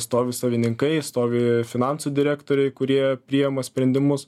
stovi savininkai stovi finansų direktoriai kurie priima sprendimus